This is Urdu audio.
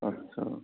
اچھا